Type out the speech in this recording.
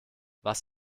was